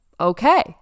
okay